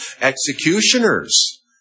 executioners